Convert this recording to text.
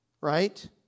right